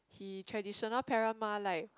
he traditional parent mah like